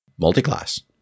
Multiclass